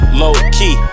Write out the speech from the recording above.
low-key